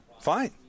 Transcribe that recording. Fine